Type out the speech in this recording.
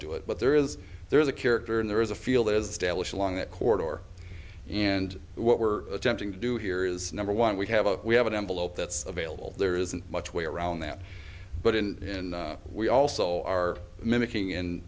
do it but there is there is a character and there is a field as dallas along that corridor and what we're attempting to do here is number one we have a we have an envelope that's available there isn't much way around that but in we also are mimicking